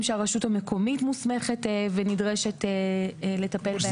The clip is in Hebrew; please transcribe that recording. שהרשות המקומית מוסמכת ונדרשת לטפל בהם.